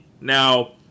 Now